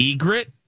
Egret